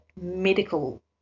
medical